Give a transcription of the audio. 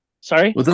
Sorry